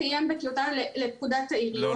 הדיון הסתיים בטיוטה לפקודת העיריות.